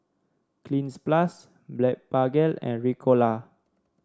Cleanz Plus Blephagel and Ricola